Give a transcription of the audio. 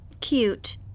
cute